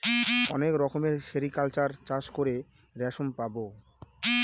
অনেক রকমের সেরিকালচার চাষ করে রেশম পাবো